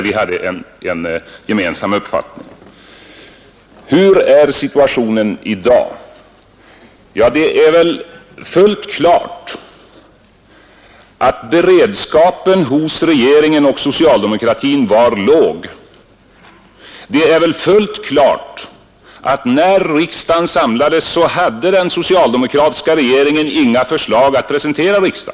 Vi hade en gemensam uppfattning. Hur är situationen i dag? Det är väl fullt klart att beredskapen hos regeringen och socialdemokratin var låg. Det är väl också fullt klart att när riksdagen samlades hade den socialdemokratiska regeringen inga förslag att presentera.